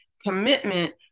commitment